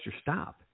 stop